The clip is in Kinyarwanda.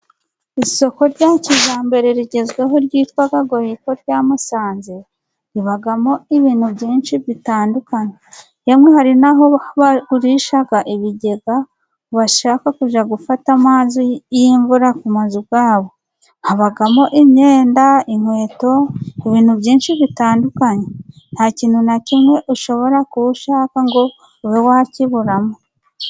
Isoko rya kijyambere rigezweho ryitwa GOYIKO rya Musanze ribamo ibintu byinshi bitandukanye, yemwe hari n'aho bagurisha ibigega ku bashaka kujya gufata amazi y'imvura ku mazu yabo. Habamo: imyenda, inkweto, ibintu byinshi bitandukanye, nta kintu na kimwe ushobora kuba ushaka ngo ube wakiburamo.